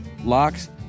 locks